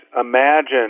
imagine